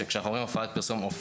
שכשאומרים "הופעת פרסום",